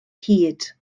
hyd